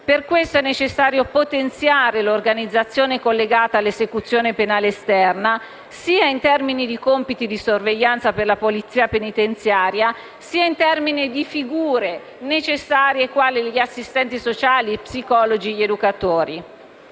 Per questo è necessario potenziare l'organizzazione collegata all'esecuzione penale esterna sia in termini di compiti di sorveglianza per la polizia penitenziaria sia in termini di figure quali assistenti sociali, psicologi ed educatori.